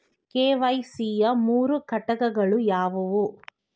KYC ಯ ಮೂರು ಘಟಕಗಳು ಯಾವುವು?